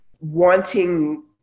wanting